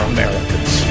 Americans